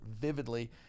vividly –